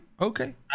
okay